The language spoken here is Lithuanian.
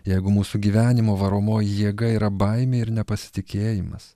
jeigu mūsų gyvenimo varomoji jėga yra baimė ir nepasitikėjimas